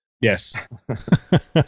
yes